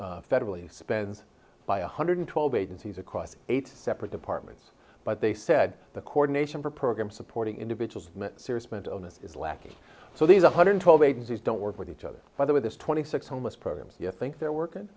nation federally spends by one hundred twelve agencies across eight separate departments but they said the coordination for programs supporting individual serious mental illness is lacking so these one hundred twelve agencies don't work with each other by the way this twenty six homeless program you think they're working